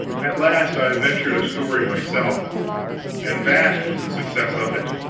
at last i ventured a story myself and vast was the success of it.